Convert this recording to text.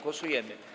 Głosujemy.